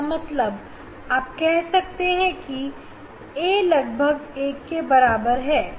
इसका मतलब हम कह सकते हैं की a लगभग 1 के बराबर है